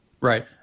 Right